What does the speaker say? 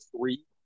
three